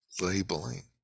labeling